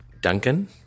Duncan